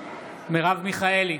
מרב מיכאלי,